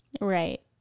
right